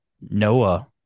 noah